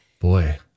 Boy